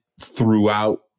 throughout